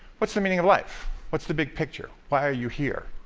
what's the meaning of life? what's the big picture? why are you here?